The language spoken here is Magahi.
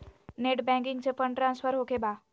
नेट बैंकिंग से फंड ट्रांसफर होखें बा?